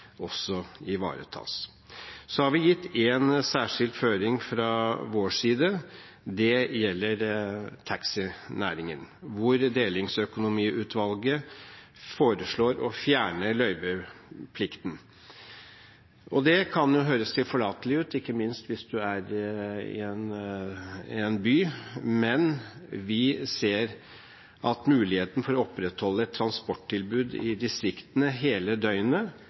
ivaretas. Så har vi gitt en særskilt føring fra vår side. Det gjelder taxinæringen. Delingsøkonomiutvalget foreslår å fjerne løyveplikten. Det kan høres tilforlatelig ut, ikke minst hvis man er i en by. Men vi ser at muligheten for å opprettholde et transporttilbud i distriktene hele døgnet,